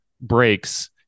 breaks